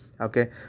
okay